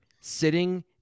sitting